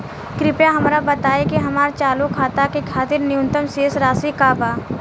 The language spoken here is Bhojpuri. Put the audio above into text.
कृपया हमरा बताइ कि हमार चालू खाता के खातिर न्यूनतम शेष राशि का बा